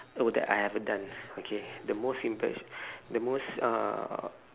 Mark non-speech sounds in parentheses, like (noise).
oh that I haven't done (noise) okay the most impr~ the most uh